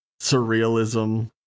surrealism